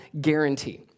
guarantee